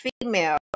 female